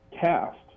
cast